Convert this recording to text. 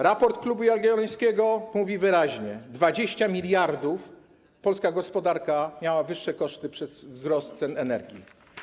Raport Klubu Jagiellońskiego mówi wyraźnie: o 20 mld polska gospodarka miała wyższe koszty przez wzrost cen energii.